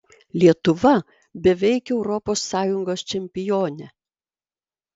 lietuva beveik europos sąjungos čempionė